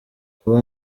kuba